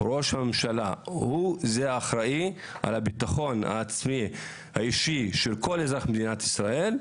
הוא שאחראי על הביטחון האישי של כל אזרח במדינת ישראל,